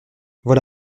voilà